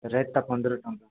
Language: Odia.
ରେଟ୍ଟା ପନ୍ଦର ଟଙ୍କା